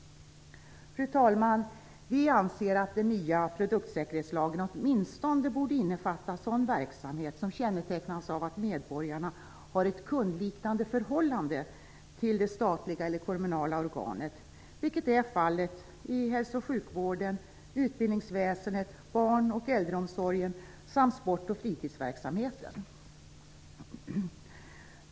Fru talman! Vi anser att den nya produktsäkerhetslagen åtminstone borde innefatta sådan verksamhet som kännetecknas av att medborgarna har ett kundliknande förhållande till det statliga eller kommunala organet, vilket är fallet i hälso och sjukvården, utbildningsväsendet, barn och äldreomsorgen samt sport och fritidsverksamheten.